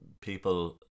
people